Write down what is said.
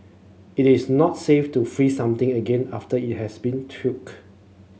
it is not safe to freeze something again after it has been